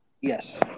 Yes